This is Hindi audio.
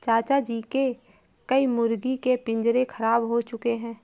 चाचा जी के कई मुर्गी के पिंजरे खराब हो चुके हैं